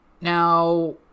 now